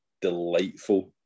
delightful